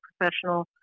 professional